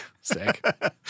Sick